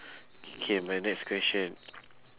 K my next question